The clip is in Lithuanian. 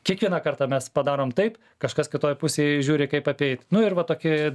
kiekvieną kartą mes padarom taip kažkas kitoj pusėj žiūri kaip apeit nu ir va tokie